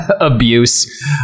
abuse